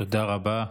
תודה רבה.